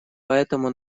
поэтому